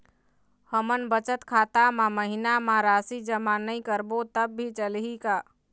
हमन बचत खाता मा महीना मा राशि जमा नई करबो तब भी चलही का?